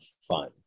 fun